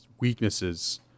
weaknesses